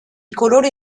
colori